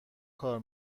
کار